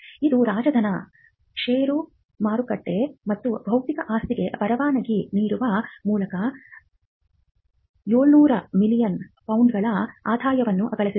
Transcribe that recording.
ಇದು ರಾಜಧನ ಷೇರು ಮಾರಾಟ ಮತ್ತು ಬೌದ್ಧಿಕ ಆಸ್ತಿಗೆ ಪರವಾನಗಿ ನೀಡುವ ಮೂಲಕ 700 ಮಿಲಿಯನ್ ಪೌಂಡ್ಗಳ ಆದಾಯವನ್ನು ಗಳಿಸಿದೆ